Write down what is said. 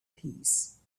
peace